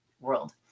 world